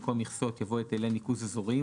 במקום "מכסות" יבוא "היטלי ניקוז אזוריים",